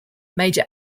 major